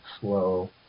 slow